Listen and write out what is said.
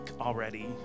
already